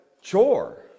chore